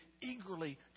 eagerly